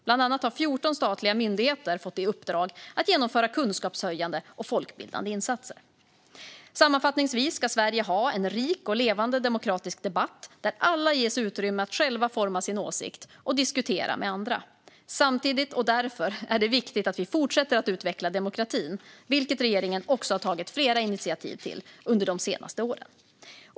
Bland annat har 14 statliga myndigheter fått i uppdrag att genomföra kunskapshöjande och folkbildande insatser. Sammanfattningsvis ska Sverige ha en rik och levande demokratisk debatt där alla ges utrymme att själva forma sin åsikt och diskutera med andra. Därför är det viktigt att vi fortsätter att utveckla demokratin, vilket regeringen också tagit flera initiativ till under de senaste åren.